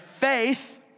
faith